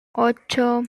ocho